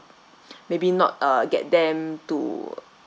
maybe not uh get them to